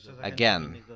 again